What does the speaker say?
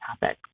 topic